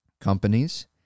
companies